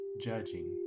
judging